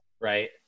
Right